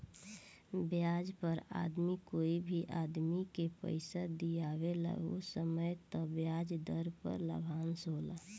ब्याज पर आदमी कोई भी आदमी के पइसा दिआवेला ओ समय तय ब्याज दर पर लाभांश होला